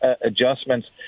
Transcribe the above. adjustments